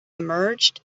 emerged